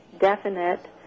definite